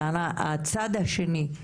אבל הצד השני,